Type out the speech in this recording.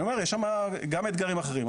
אני אומר יש שם גם היתרים אחרים,